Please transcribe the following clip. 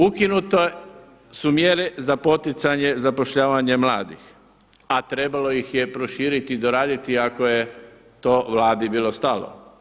Ukinute su mjere za poticanje zapošljavanja mladih, a trebalo ih je proširiti i doraditi ako je to Vladi bilo stalo.